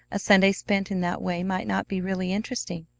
a sunday spent in that way might not be really interesting.